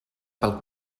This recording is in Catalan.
pel